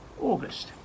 August